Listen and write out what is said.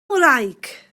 ngwraig